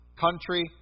country